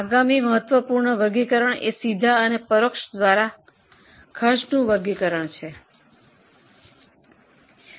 આગામી મહત્વપૂર્ણ વર્ગીકરણ પ્રત્યક્ષ અને પરોક્ષ મુજબ કરવામાં આવ્યું છે